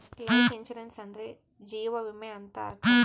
life insurance ಅಂದ್ರೆ ಜೀವ ವಿಮೆ ಅಂತ ಅರ್ಥ